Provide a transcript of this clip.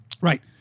Right